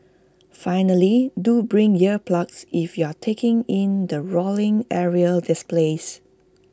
finally do bring ear plugs if you are taking in the roaring aerial displays